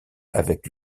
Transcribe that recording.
avec